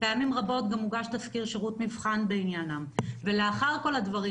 פעמים רבות גם מוגש תסקיר שירות מבחן בעניינם ולאחר כל הדברים